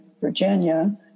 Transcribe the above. Virginia